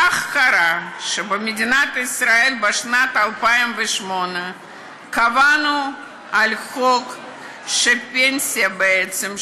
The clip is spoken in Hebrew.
כך קרה שבמדינת ישראל בשנת 2008 קבענו חוק שהפנסיה בעצם,